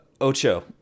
Ocho